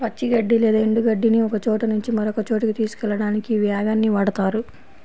పచ్చి గడ్డి లేదా ఎండు గడ్డిని ఒకచోట నుంచి మరొక చోటుకి తీసుకెళ్ళడానికి వ్యాగన్ ని వాడుతారు